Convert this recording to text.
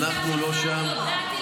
אתה משקר,